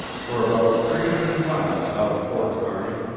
for about three hundred miles out of fort kearney,